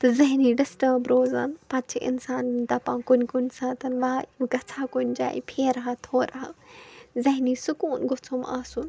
تہٕ زہینی ڈِسٹٲرب روزان پَتہٕ چھِ اِنسان دَپان کُنہِ کُنہِ ساتن واے گِژھا کُنہِ جاے فیرٕ ہا تھوڑا زہنی سکوٗن گوٚژھم آسُن